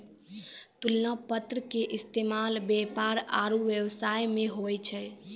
तुलना पत्र के इस्तेमाल व्यापार आरु व्यवसाय मे होय छै